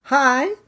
Hi